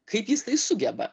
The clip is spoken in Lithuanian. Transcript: kaip jis tai sugeba